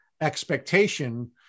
expectation